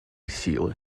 силы